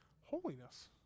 holiness